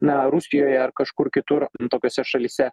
na rusijoje ar kažkur kitur tokiose šalyse